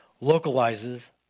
localizes